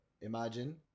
imagine